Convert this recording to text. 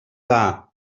dda